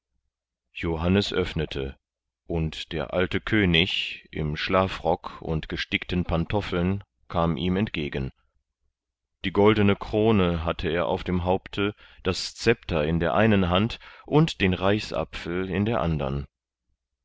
johannes öffnete und der alte könig im schlafrock und gestickten pantoffeln kam ihm entgegen die goldene krone hatte er auf dem haupte das scepter in der einen hand und den reichsapfel in der andern